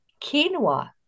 quinoa